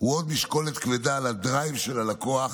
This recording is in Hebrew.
הוא עוד משקולת כבדה על הדרייב של הלקוח